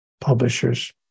publishers